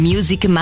Music